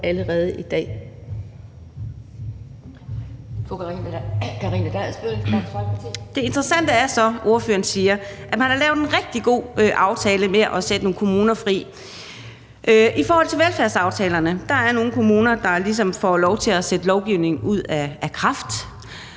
at ordføreren siger, at man har lavet en rigtig god aftale om at sætte nogle kommuner fri. I forhold til velfærdsaftalerne er der nogle kommuner, der ligesom får lov at sætte lovgivningen ud af kraft.